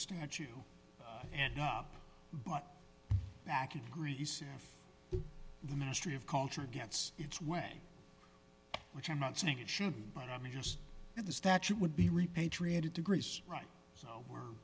statue and but back in greece and the ministry of culture gets its way which i'm not saying it should but i mean just in the statute would be repatriated to greece right so we're